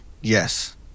Yes